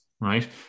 Right